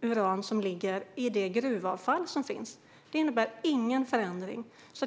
uran som ligger i det gruvavfall som finns. Det innebär ingen förändring.